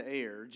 air